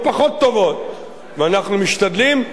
ואנחנו משתדלים כמיטב היכולת,